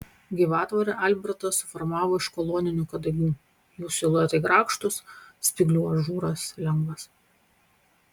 gyvatvorę albertas suformavo iš koloninių kadagių jų siluetai grakštūs spyglių ažūras lengvas